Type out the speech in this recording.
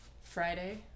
Friday